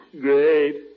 Great